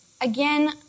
Again